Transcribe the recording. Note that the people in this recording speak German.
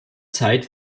zeit